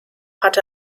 hat